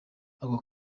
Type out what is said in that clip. ako